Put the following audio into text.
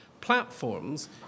platforms